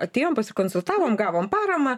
atėjom pasikonsultavom gavom paramą